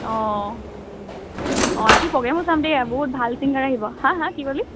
অঁ অঁ ৰাতি প্ৰ'গ্ৰেমো চাম দেই বহুত ভাল চিঙ্গাৰ আহিব হা হা কি ক'লি